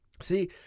See